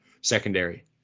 secondary